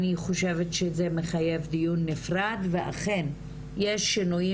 אני חושבת שזה מחייב דיון נפרד ואכן יש שינויים